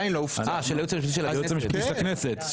הייעוץ המשפטי של הכנסת?